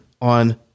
on